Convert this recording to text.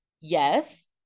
Yes